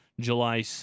July